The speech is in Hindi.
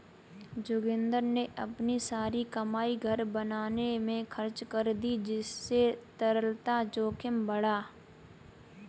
जोगिंदर ने अपनी सारी कमाई घर बनाने में खर्च कर दी जिससे तरलता जोखिम बढ़ा